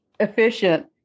efficient